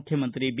ಮುಖ್ಯಮಂತ್ರಿ ಬಿ